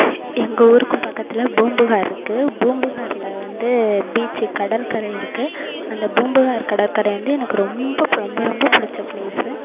எங்கள் ஊருக்கும் பக்கத்தில் பூம்புகார் இருக்குது பூம்புகாரில் வந்து பீச்சு கடற்கரை இருக்குது அந்த பூம்புகார் கடற்கரை வந்து எனக்கு ரொம்ப ரொம்ப ரொம்ப பிடிச்ச பிளேஸ்சு